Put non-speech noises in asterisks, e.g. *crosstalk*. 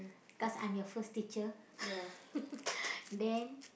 cause I'm your first teacher *laughs* then